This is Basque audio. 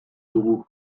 dugu